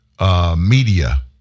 Media